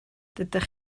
dydych